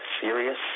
serious